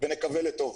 ונקווה לטוב?